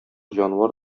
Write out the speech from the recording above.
җанвар